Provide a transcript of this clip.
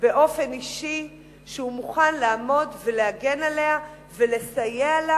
שהוא מוכן לעמוד ולהגן עליה ולסייע לה